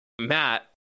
Matt